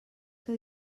que